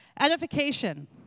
Edification